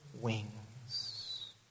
wings